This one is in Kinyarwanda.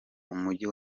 umujyi